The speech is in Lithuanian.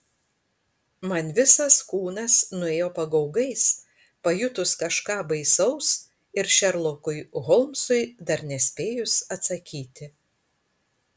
man visas kūnas nuėjo pagaugais pajutus kažką baisaus ir šerlokui holmsui dar nespėjus atsakyti